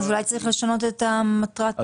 אז אולי צריך לשנות את מטרות --?